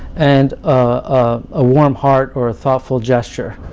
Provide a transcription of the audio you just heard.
and ah a warm heart or a thoughtful gesture.